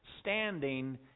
standing